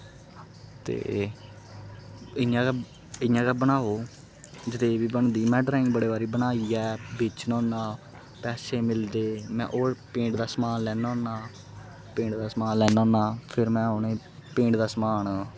ते इ'यां गै इ'यां गै बनाओ जदेही बी बनदी मैं ड्रांइग बड़े बारी बनाई ऐ बेचना होन्ना पैसे मिलदे में होर पेंट दा समान लैन्ना होन्ना पेंट दा समान लैन्ना होन्ना फिर में उ'नेंगी पेंट दा समान